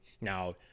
now